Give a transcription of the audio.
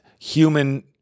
human